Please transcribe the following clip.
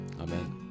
Amen